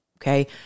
okay